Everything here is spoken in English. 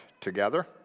together